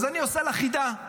אז אני עושה לך חידה.